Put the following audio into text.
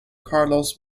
carlos